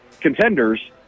contenders